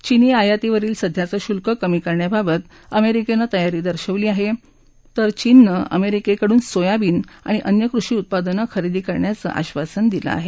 चीनी आयातीवरील सध्याचं शुल्क कमी करण्याबाबत अमेरिकेनं तयारी दर्शवली आहे तर चीननं अमेरिकेकडून सोयाबीन आणि अन्य कृषी उत्पादनं खरेदी करण्याचं आश्वासन दिलं आहे